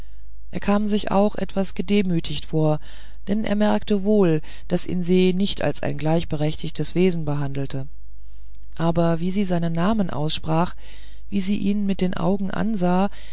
er kam sich auch etwas gedemütigt vor denn er merkte wohl daß ihn se nicht als ein gleichberechtigtes wesen behandelte aber wie sie seinen namen aussprach wie sie ihn mit den augen ansah